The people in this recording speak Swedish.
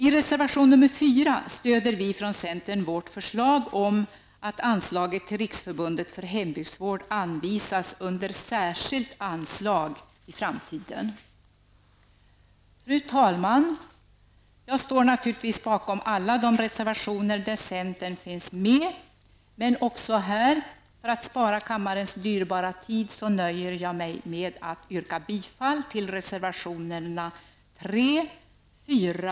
I reservation nr 4 stöder vi från centern vårt förslag om att anslaget till Riksförbundet för hembygdsvård anvisas under särskilt anslag i framtiden. Fru talman! Jag står naturligtvis bakom alla de reservationer där centern finns med, men för att spara kammarens dyrbara tid nöjer jag mig även här med att yrka bifall till reservationerna nr 3, 4